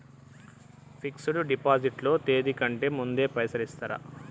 Fix డ్ deposit లో తేది కంటే ముందే పైసలు ఇత్తరా?